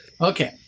Okay